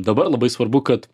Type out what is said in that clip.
dabar labai svarbu kad